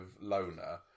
loner